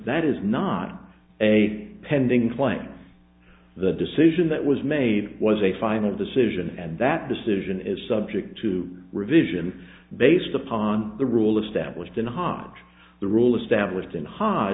that is not a pending claim the decision that was made was a final decision and that decision is subject to revision based upon the rule established in hot the rule established in h